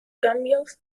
cambios